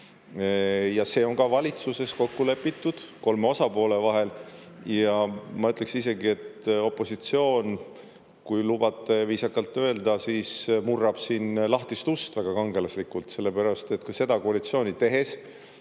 Ja see on ka valitsuses kokku lepitud kolme osapoole vahel. Ja ma ütleks isegi, et opositsioon, kui lubate viisakalt öelda, siis murrab siin lahtist ust väga kangelaslikult, sellepärast et ka seda koalitsiooni tehes